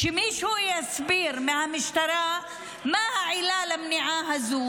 שמישהו מהמשטרה יסביר מה העילה למניעה הזו